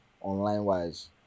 online-wise